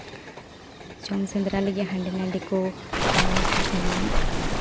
ᱡᱚᱢ ᱥᱮᱸᱫᱽᱨᱟ ᱞᱟᱹᱜᱤᱫ ᱦᱟᱸᱰᱮ ᱱᱟᱸᱰᱮ ᱠᱚ ᱥᱮᱱᱚᱜᱼᱟ